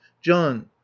John